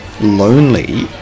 lonely